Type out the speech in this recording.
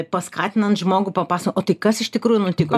paskatinant žmogų papasakot o tai kas iš tikrųjų nutiko